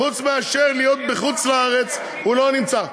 חוץ מאשר להיות בחוץ-לארץ הוא לא נמצא.